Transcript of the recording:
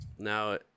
Now